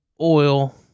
Oil